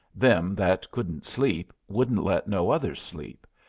them that couldn't sleep wouldn't let no others sleep,